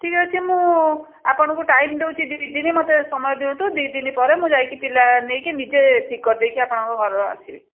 ଠିକ୍ ଅଛି ମୁଁ ଆପଣଙ୍କୁ ଟାଇମ୍ ଦଉଛି ଦୁଇ ଦିନ ମୋତେ ସମୟ ଦିଅନ୍ତୁ ଦୁଇ ଦିନ ପରେ ମୁଁ ଯାଇକି ପିଲା ନେଇକି ନିଜେ ଠିକ୍ କରିଦେଇକି ଆପଣଙ୍କ ଘର ଆସିବି